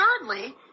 thirdly